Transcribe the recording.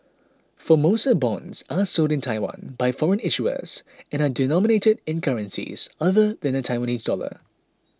Formosa bonds are sold in Taiwan by foreign issuers and are denominated in currencies other than the Taiwanese dollar